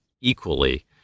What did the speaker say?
equally